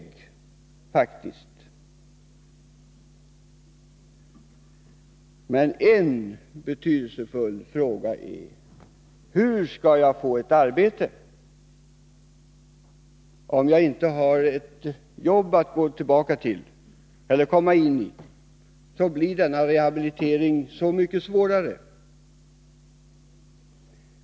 En betydelsefull fråga för den människa det gäller är då: Hur skall jag få ett arbete? Om jag inte har ett jobb att komma tillbaka till, blir rehabiliteringen så mycket svårare.